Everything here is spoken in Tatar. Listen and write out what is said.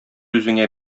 үзеңә